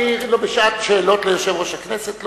אני בשעת שאלות ליושב-ראש הכנסת?